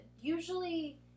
Usually